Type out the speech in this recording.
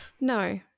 no